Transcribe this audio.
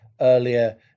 earlier